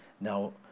Now